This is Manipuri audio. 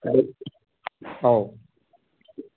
ꯑꯧ